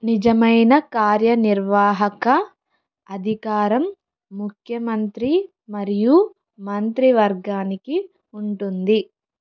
నిజమైన కార్యనిర్వాహక అధికారం ముఖ్యమంత్రి మరియు మంత్రి వర్గానికి ఉంటుంది